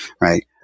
right